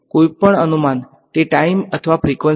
કોઈપણ અનુમાન તે ટાઈમ અથવા ફ્રીક્વન્સી છે